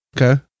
Okay